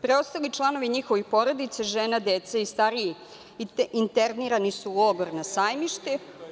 Preostali članovi njihovih porodica, žene, deca i stariji internirani su u logor na Sajmište.